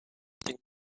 think